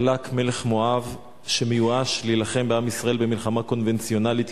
בלק מלך מואב שמיואש מלהילחם בעם ישראל במלחמה קונבנציונלית,